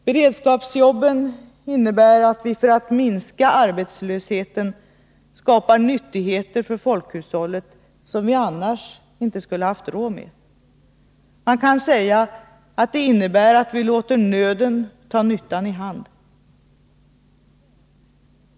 Beredskapsjobben innebär att vi för att minska arbetslösheten skapar nyttigheter för folkhushållet som vi annars inte skulle haft råd med. Man kan säga att det innebär att vi låter nöden ta nyttan i hand.